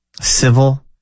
civil